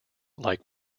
like